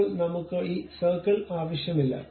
ഇപ്പോൾ നമുക്ക് ഈ സർക്കിൾ ആവശ്യമില്ല